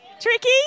Tricky